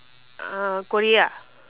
uh korea